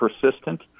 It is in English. persistent